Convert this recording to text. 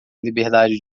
liberdade